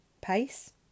pace